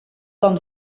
com